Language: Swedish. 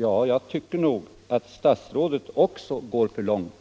Jag tycker att herr statsrådet går för långt